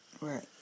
Right